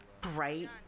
bright